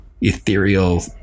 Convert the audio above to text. ethereal